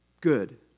good